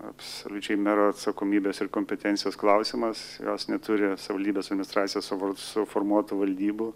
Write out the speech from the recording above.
absoliučiai mero atsakomybės ir kompetencijos klausimas jos neturi savivaldybės administracijos suformuotų valdybų